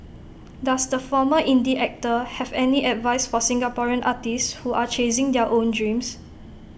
does the former indie actor have any advice for Singaporean artists who are chasing their own dreams